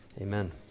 Amen